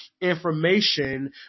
information